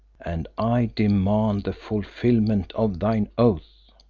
and i demand the fulfilment of thine oath.